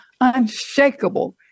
unshakable